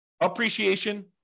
appreciation